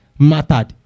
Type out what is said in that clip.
mattered